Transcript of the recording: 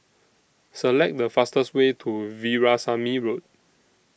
Select The fastest Way to Veerasamy Road